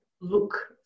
look